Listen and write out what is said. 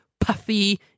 puffy